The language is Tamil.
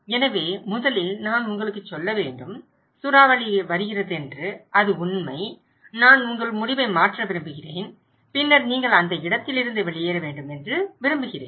எனவே முதலில் நான் உங்களுக்குச் சொல்ல வேண்டும் சூறாவளி வருகிறது அது உண்மை நான் உங்கள் முடிவை மாற்ற விரும்புகிறேன் பின்னர் நீங்கள் அந்த இடத்திலிருந்து வெளியேற வேண்டும் என்று விரும்புகிறேன்